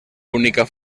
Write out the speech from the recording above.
única